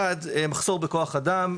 1. מחסור בכוח אדם,